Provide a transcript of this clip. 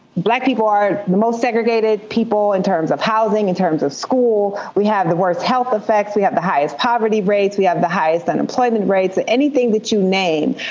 black people are the most segregated people in terms of housing, in terms of school. we have the worst health effects. we have the highest poverty rates. we have the highest unemployment rates. anything that you name,